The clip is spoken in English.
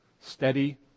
Steady